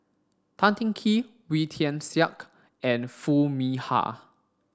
Tan Teng Kee Wee Tian Siak and Foo Mee Har